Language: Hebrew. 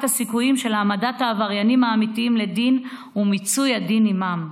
הסיכויים של העמדת העבריינים האמיתיים לדין ומיצוי הדין עימם.